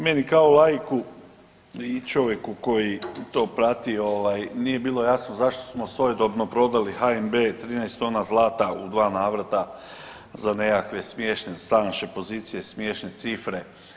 Meni kao laiku i čovjeku koji to prati nije bilo jasno zašto smo svojedobno prodali HNB 13 tona zlata u dva navrata za nekakve smiješne s današnje pozicije smiješne cifre.